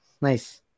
Nice